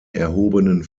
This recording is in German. erhobenen